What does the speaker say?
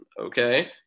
okay